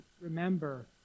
remember